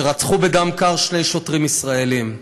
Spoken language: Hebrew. שרצחו בדם קר שני שוטרים ישראלים.